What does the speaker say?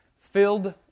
filled